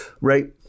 Right